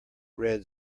red